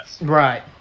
Right